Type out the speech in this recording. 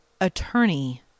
attorney